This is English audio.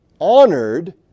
honored